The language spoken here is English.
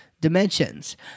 dimensions